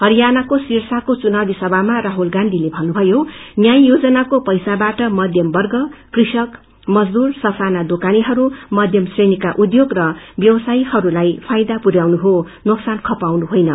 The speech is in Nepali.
हरियाणाको सिरसाको चुनावी समामा राहुल गांधीले भन्नुभयो न्याय योजनाको पैसाबाअ मध्यम वर्ग किकसान मजदुर स साना दोक्रनेहरू मध्यम श्रेणीको उष्योग र व्यवसायीहहरूलाई फाायदा पुर्याउनु हो नोक्सान होइन